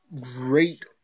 great